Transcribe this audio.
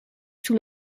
sous